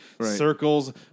circles